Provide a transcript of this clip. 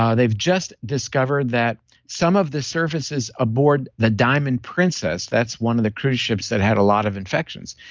um they've just discovered that some of the surfaces aboard the diamond princess, that's one of the cruise ships that had a lot of infections,